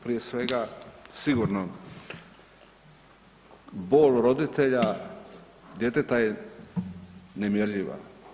Prije svega, sigurno bol roditelja djeteta je nemjerljiva.